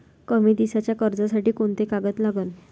कमी दिसाच्या कर्जासाठी कोंते कागद लागन?